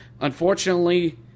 Unfortunately